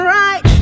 right